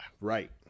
Right